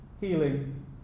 healing